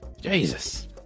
Jesus